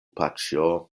paĉjo